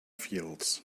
fields